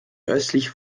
östlich